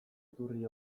iturri